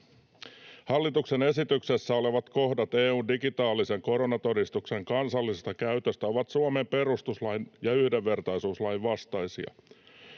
”Hallituksen esityksessä olevat kohdat EU:n digitaalisen koronatodistuksen kansallisesta käytöstä ovat Suomen perustuslain ja yhdenvertaisuuslain vastaisia.